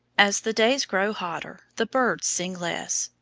as the days grow hotter, the birds sing less.